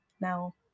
now